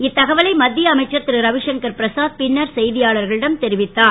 இத்தகவலை மத்திய அமைச்சர் திருரவிசங்கர் பிரசாத் பின்னர் செய்தியாளர்களிடம் தெரிவித்தார்